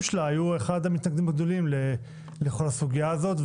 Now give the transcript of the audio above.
שלה היו אחד המתנגדים הגדולים לכל הסוגיה הזאת.